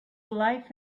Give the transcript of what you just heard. life